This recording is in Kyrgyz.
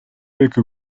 эки